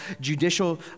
judicial